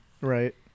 Right